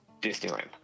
Disneyland